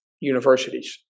universities